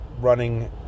running